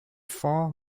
fonds